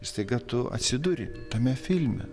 ir staiga tu atsiduri tame filme